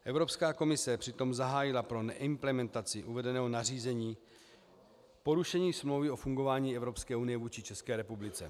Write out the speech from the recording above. Evropská komise přitom zahájila pro neimplementaci uvedeného nařízení porušení Smlouvy o fungování Evropské unie vůči České republice.